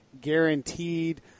guaranteed